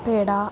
peda